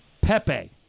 Pepe